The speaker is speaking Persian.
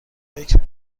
فکر